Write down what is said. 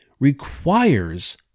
requires